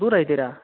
ದೂರ ಇದೀರಾ